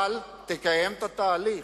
אבל תקיים את התהליך.